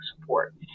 support